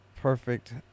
perfect